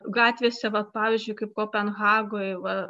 gatvėse vat pavyzdžiui kaip kopenhagoj va